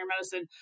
medicine